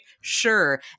sure